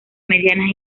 medianas